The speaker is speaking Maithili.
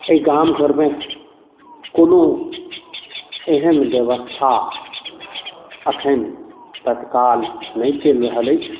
एहि गाम घरमे कोनो एहन व्यवस्था अखन तत्काल नहि चलि रहल अछि